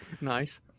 nice